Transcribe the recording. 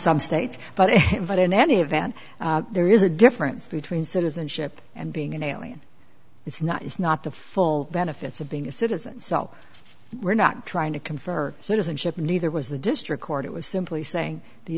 some states but in any event there is a difference between citizenship and being an alien it's not it's not the full benefits of being a citizen so we're not trying to confer citizenship neither was the district court it was simply saying the